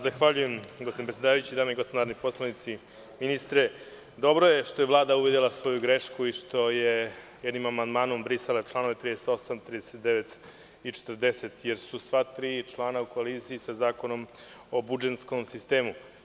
Zahvaljujem gospodine predsedavajući Dame i gospodo narodni poslanici, ministre, dobro je što je Vlada uvidela svoju grešku i što je jednim amandmanom brisala članove 38, 39. i 40, jer su sva tri člana u koliziji sa Zakonom o budžetskom sistemu.